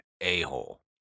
a-hole